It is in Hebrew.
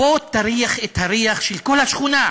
בוא תריח את הריח של כל השכונה.